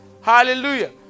Hallelujah